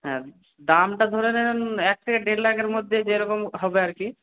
হ্যাঁ দামটা ধরে নেবেন এক থেকে দেড় লাখের মধ্যে যেরকম হবে আর কি